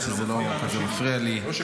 גם אם הדברים לא כל כך נעימים לי, אני יושב